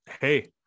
Hey